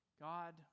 God